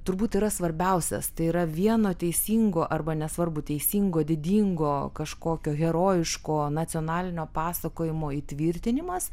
turbūt yra svarbiausias tai yra vieno teisingo arba nesvarbu teisingo didingo kažkokio herojiško nacionalinio pasakojimo įtvirtinimas